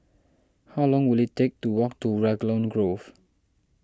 how long will it take to walk to Raglan Grove